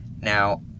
Now